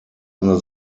under